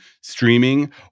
streaming